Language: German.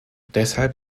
deshalb